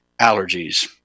allergies